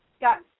got